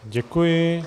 Děkuji.